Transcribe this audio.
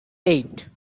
eight